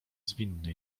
zwinny